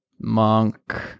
Monk